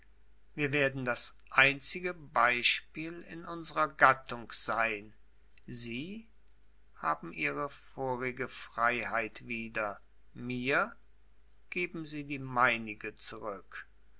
wir werden das einzige beispiel in unserer gattung sein sie haben ihre vorige freiheit wieder mir geben sie die meinige zurück